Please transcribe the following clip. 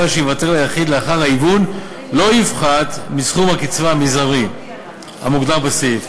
שייוותר ליחיד לאחר ההיוון לא יפחת מסכום הקצבה המזערי המוגדר בסעיף,